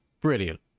brilliant